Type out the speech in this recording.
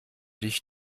dich